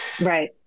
right